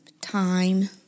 time